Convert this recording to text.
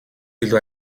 илүү